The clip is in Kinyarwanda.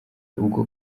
ubwo